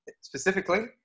specifically